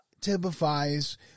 typifies